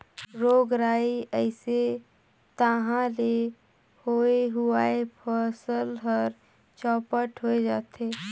रोग राई अइस तहां ले होए हुवाए फसल हर चैपट होए जाथे